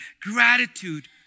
gratitude